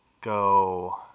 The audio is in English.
go